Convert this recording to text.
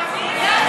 אלי,